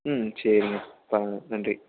ம் சரிங்க பரவாயில்ல நன்றி